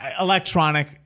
Electronic